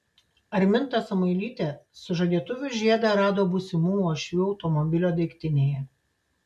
arminta samuilytė sužadėtuvių žiedą rado būsimų uošvių automobilio daiktinėje